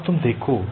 अब तुम देखो